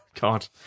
God